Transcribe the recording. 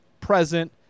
present